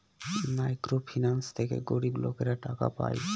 micro finance থেকে গরিব লোকেরা টাকা পায়